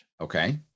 Okay